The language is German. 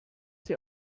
sie